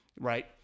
right